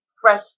fresh